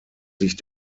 sich